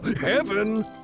Heaven